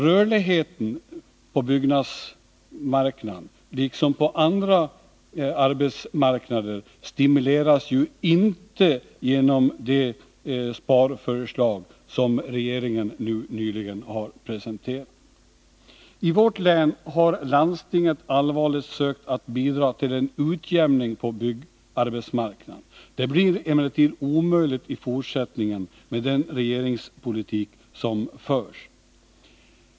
Rörligheten på byggnadsmarknaden, liksom på andra arbetsmarknader, stimuleras inte genom det sparförslag som regeringen nyligen presenterat. I vårt län har landstinget allvarligt sökt att bidra till en utjämning på byggarbetsmarknaden. Det blir emellertid omöjligt i fortsättningen med den regeringspolitik som förs.